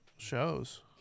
Shows